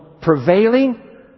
prevailing